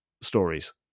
stories